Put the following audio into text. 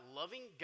loving